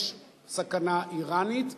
יש סכנה אירנית,